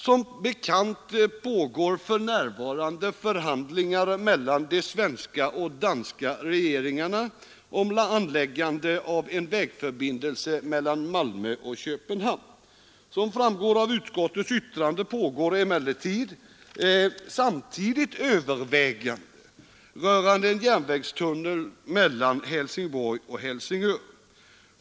Som bekant pågår för närvarande förhandlingar mellan de svenska och danska regeringarna om anläggande av en vägförbindelse mellan Malmö och Köpenhamn. Som framgår av utskottets yttrande äger det emellertid samtidigt rum överväganden rörande en järnvägstunnel mellan Helsingborg och Helsingör.